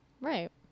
Right